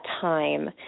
time